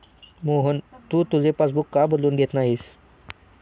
मोहन, तू तुझे पासबुक का बदलून घेत नाहीस?